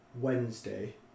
Wednesday